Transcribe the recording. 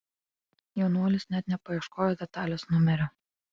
jaunuolis net nepaieškojo detalės numerio